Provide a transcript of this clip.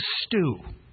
stew